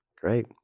Great